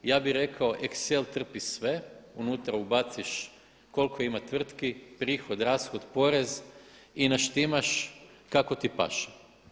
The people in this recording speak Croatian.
Ja bih rekao excel trpi sve, unutra ubaciš koliko ima tvrtki, prihod, rashod, porez i naštimaš kako ti paše.